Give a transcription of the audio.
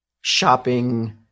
shopping